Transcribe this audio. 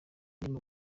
ndimo